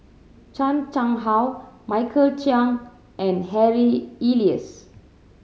Chan Chang How Michael Chiang and Harry Elias